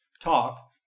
talk